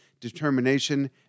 determination